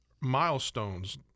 milestones